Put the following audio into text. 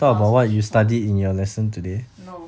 while I was speaking for no